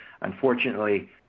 unfortunately